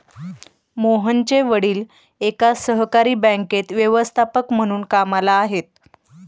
मोहनचे वडील एका सहकारी बँकेत व्यवस्थापक म्हणून कामला आहेत